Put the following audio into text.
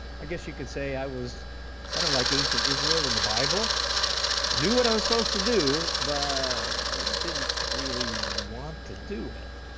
i guess you could say i was kind of like ancient israel in the bible, i knew what i was supposed to do but didn't really want to do it.